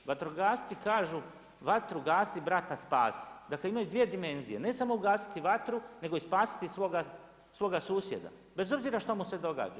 Vatrogasci kažu: „Vatro gasi, brata spasi“ Dakle, imaju dvije dimenzije, ne samo ugasiti vatru nego i spasiti svoga susjeda, bez obzira što mu se događa.